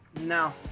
no